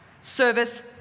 service